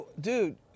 dude